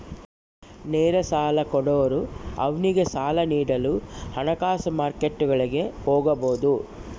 ನೇರ ಸಾಲ ಕೊಡೋರು ಅವ್ನಿಗೆ ಸಾಲ ನೀಡಲು ಹಣಕಾಸು ಮಾರ್ಕೆಟ್ಗುಳಿಗೆ ಹೋಗಬೊದು